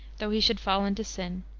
though he should fall into sin.